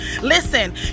Listen